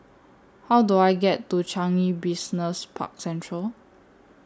How Do I get to Changi Business Park Central